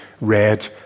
red